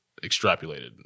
extrapolated